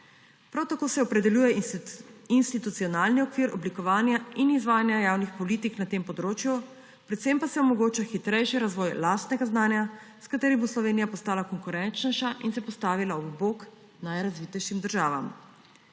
Prav tako se opredeljuje institucionalni okvir oblikovanja in izvajanja javnih politik na tem področju, predvsem pa se omogoča hitrejši razvoj lastnega znanja, s katerim bo Slovenija postala konkurenčnejša in se postavila ob bok najrazvitejšim državam.